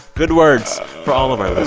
good words for all of our